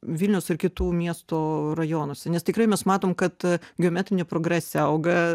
vilniaus ir kitų miestų rajonuose nes tikrai mes matom kad geometrinė progresija auga